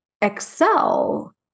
excel